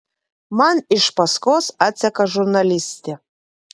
man iš paskos atseka žurnalistė